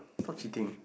so cheating